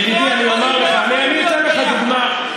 ידידי, אני אומר לך, אני אתן לך דוגמה.